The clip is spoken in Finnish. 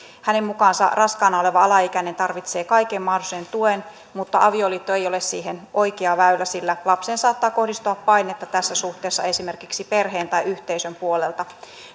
hänen mukaansa raskaana oleva alaikäinen tarvitsee kaiken mahdollisen tuen mutta avioliitto ei ole siihen oikea väylä sillä lapseen saattaa kohdistua painetta tässä suhteessa esimerkiksi perheen tai yhteisön puolelta